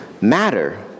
matter